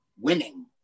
winning